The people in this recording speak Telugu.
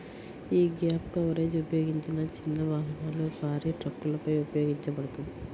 యీ గ్యాప్ కవరేజ్ ఉపయోగించిన చిన్న వాహనాలు, భారీ ట్రక్కులపై ఉపయోగించబడతది